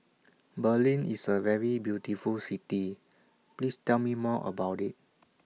Berlin IS A very beautiful City Please Tell Me More about IT